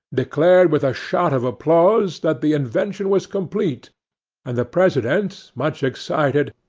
declared with a shout of applause that the invention was complete and the president, much excited,